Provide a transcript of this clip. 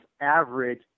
average